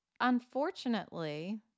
unfortunately